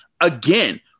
again